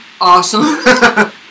Awesome